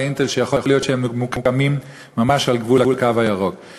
ל"אינטל" שיכול להיות שהם ממוקמים ממש על גבול הקו הירוק.